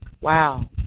wow